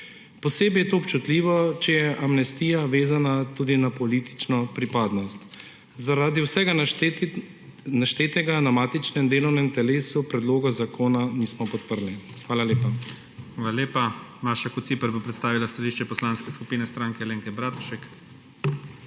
zakone. Posebej je to občutljivo, če je amnestija vezana tudi na politično pripadnost. Zaradi vsega naštetega na matičnem delovnem telesu predloga zakona nismo podprli. Hvala lepa. PREDSEDNIK IGOR ZORČIČ: Hvala lepa. Maša Kociper bo predstavila stališče Poslanske skupine Stranke Alenke Bratušek.